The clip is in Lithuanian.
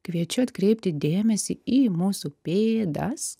kviečiu atkreipti dėmesį į mūsų pėdas